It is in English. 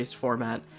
format